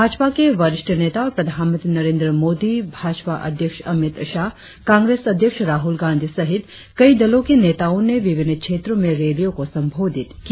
भाजपा के वरिष्ठ नेता और प्रधानमंत्री नेरेंद्र मोदी भाजपा अध्यक्ष अमित शाह कांग्रेस अध्यक्ष राहुल गांधी सहित कई दलों के नेताओं ने विभिन्न क्षेत्रों में रैलियों को संबोधित किया